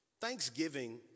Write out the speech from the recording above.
Thanksgiving